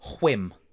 Whim